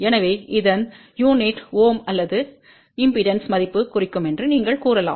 எனவே இதன் unit ohm அல்லது இம்பெடன்ஸ் மதிப்பு குறிக்கும் என்று நீங்கள் கூறலாம்